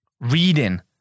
reading